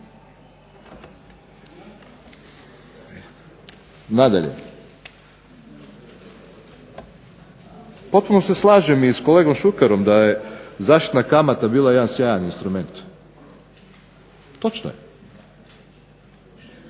Nadalje, potpuno se slažem i s kolegom Šukerom da je zaštitna kamata bila jedan sjajan instrument. Točno je,